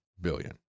billion